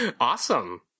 Awesome